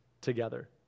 together